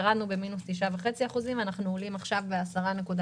ירדנו במינוס 9.5%, אנחנו עולים עכשיו ב-10.2%.